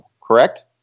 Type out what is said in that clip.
Correct